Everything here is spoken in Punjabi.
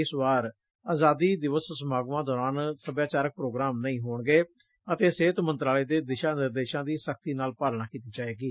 ਇਸ ਵਾਰ ਆਜ਼ਾਦੀ ਦਿਵਸ ਸਮਾਗਮਾਂ ਦੌਰਾਨ ਸਭਿਆਚਾਰਕ ਪ੍ਰੋਗਰਾਮ ਨਹੀਂ ਹੋਣਗੇ ਅਤੇ ਸਿਹਤ ਮੰਤਰਾਲੇ ਦੇ ਦਿਸ਼ਾ ਨਿਰਦੇਸ਼ਾਂ ਦੀ ਸਖ਼ਤੀ ਨਾਲ ਪਾਲਣਾ ਕੀਤੀ ਜਾਵੇਗੀ